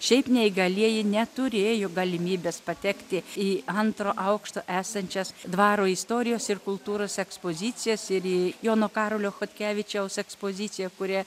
šiaip neįgalieji neturėjo galimybės patekti į antro aukšto esančias dvaro istorijos ir kultūros ekspozicijas ir į jono karolio chodkevičiaus ekspoziciją kurią